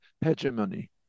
hegemony